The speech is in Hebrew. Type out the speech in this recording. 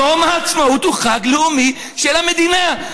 "יום העצמאות הוא החג הלאומי של המדינה".